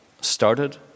started